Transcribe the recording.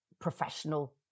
professional